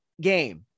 game